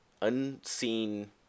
unseen